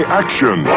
action